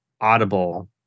audible